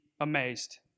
amazed